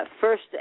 first